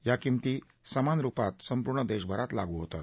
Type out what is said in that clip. या किमंती समान रुपात संपूर्ण देशभरात लागू होतात